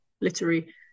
literary